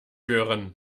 hören